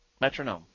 metronome